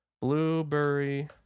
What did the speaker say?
Blueberry